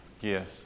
Yes